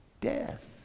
death